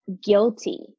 guilty